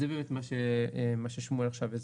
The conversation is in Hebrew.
זה מה שהסביר שמואל אזולאי.